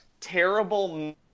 terrible